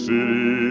City